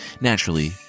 naturally